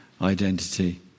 identity